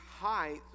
height